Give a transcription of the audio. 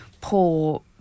poor